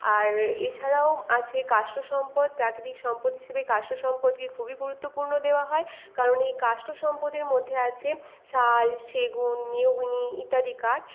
আর এছাড়াও আছে কাষ্ঠ সম্পদ প্রাকৃতিক সম্পদ হিসাবে কাষ্ঠ সম্পদকে খুবই গুরুত্বপূর্ণ দেওয়া হয় কারণ এই কাষ্ঠ সম্পদের মধ্যে আছে শাল সেগুন মেহগিনি ইত্যাদি কাঠ